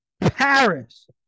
Paris